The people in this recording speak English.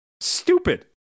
Stupid